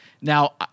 Now